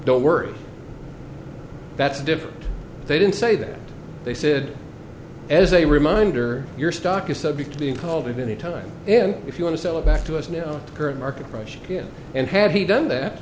don't worry that's different they didn't say that they said as a reminder your stock is subject to being called any time and if you want to sell it back to us now to current market price again and had he done that